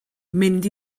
mynd